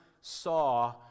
saw